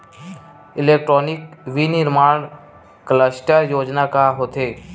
Electronic विनीर्माण cluster योजना का होथे?